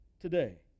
Today